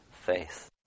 faith